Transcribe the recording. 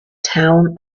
town